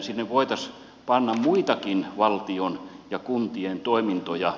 sinne voitaisiin panna muitakin valtion ja kuntien toimintoja